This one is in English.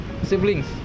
siblings